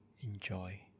enjoy